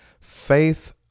faith